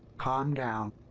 calm down!